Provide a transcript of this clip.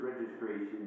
registration